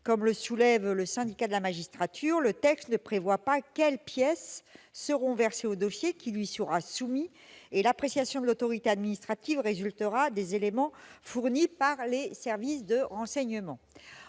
comme le soulève le Syndicat de la magistrature, le texte ne prévoit pas quelles pièces seront versées au dossier qui lui sera soumis, et l'appréciation de l'autorité administrative résultera des éléments fournis par les services de renseignement.